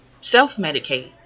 self-medicate